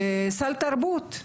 סל תרבות,